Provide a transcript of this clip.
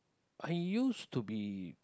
I used to be